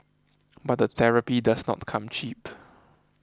but the therapy does not come cheap